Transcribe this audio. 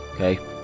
Okay